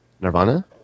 Nirvana